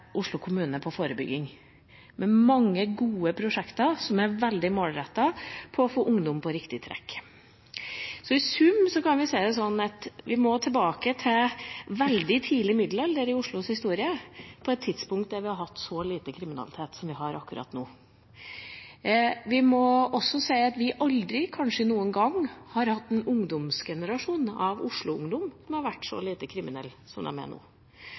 Oslo kommune når det gjelder forebygging, med mange gode prosjekter som er veldig målrettede for å få ungdom på riktig «track». I sum kan vi si det sånn at vi må tilbake til veldig tidlig middelalder i Oslos historie for å finne et tidspunkt da vi hadde så lite kriminalitet som vi har akkurat nå. Vi må også si at vi kanskje aldri noen gang tidligere har hatt en generasjon av Oslo-ungdom som har vært så lite kriminelle som de er nå.